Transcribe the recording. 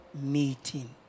meeting